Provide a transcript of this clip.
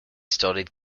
studied